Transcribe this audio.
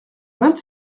vingt